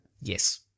Yes